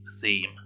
theme